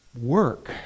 work